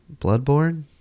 bloodborne